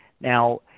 Now